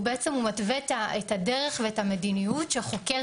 בעצם הוא מתווה את הדרך ואת המדיניות שחוקר